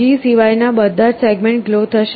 G સિવાય ના બધા જ સેગમેન્ટ્સ ગ્લો થશે